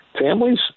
Families